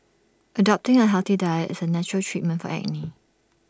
adopting A healthy diet is A natural treatment for acne